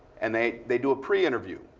and they they do a pre-interview,